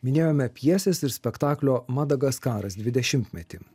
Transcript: minėjome pjesės ir spektaklio madagaskaras dvidešimtmetį